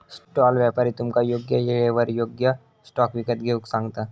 stall व्यापारी तुमका योग्य येळेर योग्य स्टॉक विकत घेऊक सांगता